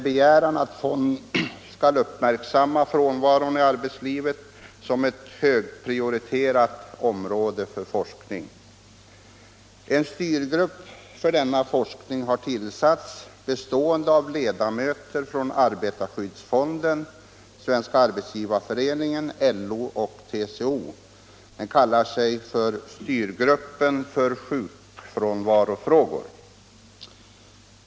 En styrgrupp för denna forskning har tillsatts bestående av ledamöter från Arbetarskyddsfonden, SAF, LO och TCO. Den kallar sig för styrgruppen för sjukfrånvarofrågor.